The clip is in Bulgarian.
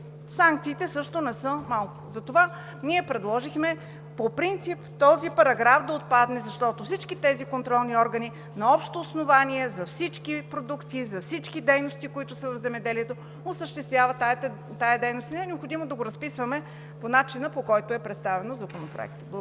санкциите също не са малко. Затова ние предложихме по принцип този параграф да отпадне, защото всички тези контролни органи осъществяват тези дейности на общо основание за всички продукти, за всички дейности, които са в земеделието, и не е необходимо да го разписваме по начина, по който е представено в Законопроекта.